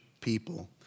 people